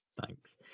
Thanks